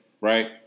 right